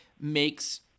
makes